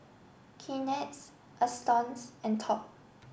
Kleenex Astons and Top